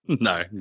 no